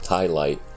highlight